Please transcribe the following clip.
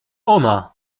ona